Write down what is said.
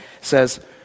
says